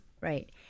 Right